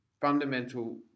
fundamental